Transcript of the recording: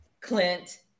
Clint